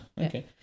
okay